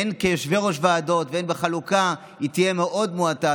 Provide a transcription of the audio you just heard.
הן כיושבי-ראש ועדות והן בחלוקה, יהיה מאוד מועט.